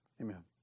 Amen